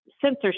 censorship